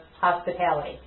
hospitality